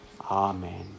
Amen